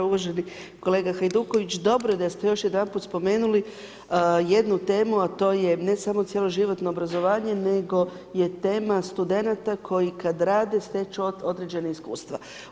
Uvaženi kolega Hajduković, dobro je da ste još jedanput spomenuli jednu temu, a to je ne samo cjeloživotno obrazovanje, nego je tema studenata koji kada rade stječu određena iskustva.